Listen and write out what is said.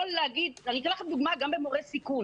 אתן לכם דוגמה של אנשים בסיכון.